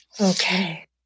okay